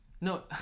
no